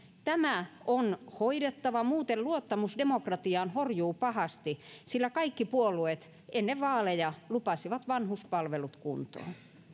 tämä on hoidettava muuten luottamus demokratiaan horjuu pahasti sillä kaikki puolueet ennen vaaleja lupasivat vanhuspalvelut kuntoon